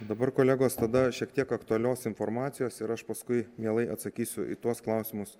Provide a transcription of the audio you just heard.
dabar kolegos tada šiek tiek aktualios informacijos ir aš paskui mielai atsakysiu į tuos klausimus